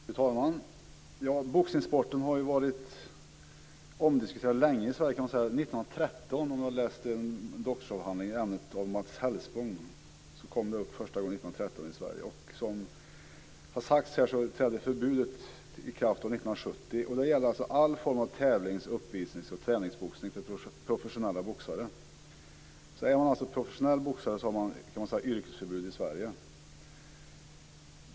Fru talman! Boxningssporten har ju varit omdiskuterad i Sverige länge, kan man säga. 1913 kom ämnet upp första gången i Sverige, har jag läst i en doktorsavhandling i ämnet av Mats Hellspong. Som har sagts här trädde förbudet i kraft 1970, och det gäller alltså alla former av tävlings-, uppvisnings och träningsboxning för professionella boxare. Är man alltså professionell boxare har man så att säga yrkesförbud i Sverige.